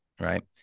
Right